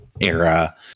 era